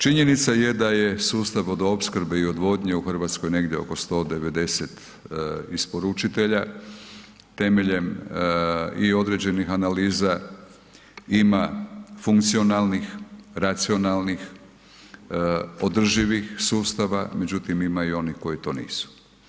Činjenica je da je sustav vodoopskrbe i odvodnje u Hrvatskoj negdje oko 190 isporučitelja temeljem i određenih analiza ima funkcionalnih, racionalnih, održivih sustava, međutim ima i onih koji to nisu.